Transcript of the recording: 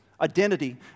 identity